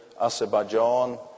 Azerbaijan